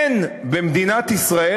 אין במדינת ישראל,